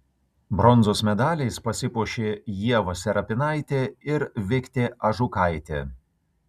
bronzos medaliais pasipuošė ieva serapinaitė ir viktė ažukaitė